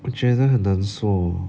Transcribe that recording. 我觉得很难说